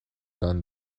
done